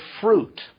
fruit